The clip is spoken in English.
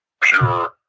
pure